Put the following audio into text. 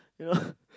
you know